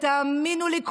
ותאמינו לי,